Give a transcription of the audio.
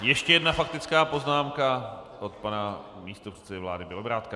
Ještě jedna faktická poznámka od pana místopředsedy vlády Bělobrádka.